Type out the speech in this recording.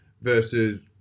versus